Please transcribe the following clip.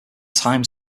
time